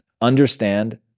Understand